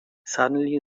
suddenly